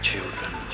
Children